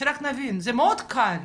שרק נבין, זה מאוד קל.